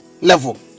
level